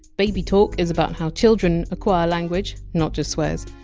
baby talk is about how children acquire language, not just swears,